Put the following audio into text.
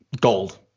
gold